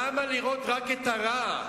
למה לראות רק את הרע?